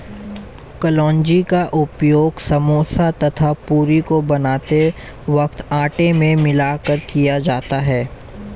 कलौंजी का उपयोग समोसा तथा पूरी को बनाते वक्त आटे में मिलाकर किया जाता है